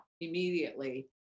immediately